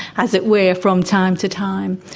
as it were, from time to time,